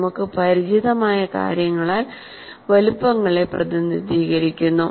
നമുക്ക് പരിചിതമായ കാര്യങ്ങളാൽ വലുപ്പങ്ങളെ പ്രതിനിധീകരിക്കുന്നു